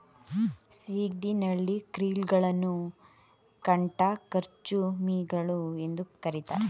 ಸಿಗಡಿ, ನಳ್ಳಿ, ಕ್ರಿಲ್ ಗಳನ್ನು ಕಂಟಕಚರ್ಮಿಗಳು ಎಂದು ಕರಿತಾರೆ